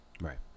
Right